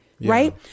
Right